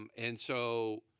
um and so